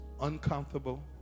uncomfortable